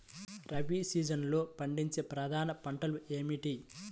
రబీ సీజన్లో పండించే ప్రధాన పంటలు ఏమిటీ?